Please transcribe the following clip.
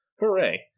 Hooray